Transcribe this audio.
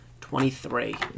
twenty-three